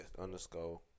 underscore